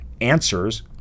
answers